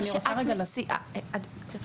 שאנו עושים פה, זה חידוש.